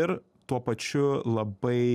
ir tuo pačiu labai